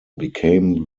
became